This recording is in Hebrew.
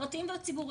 הפרטיים והציבוריים.